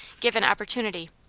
given opportunity.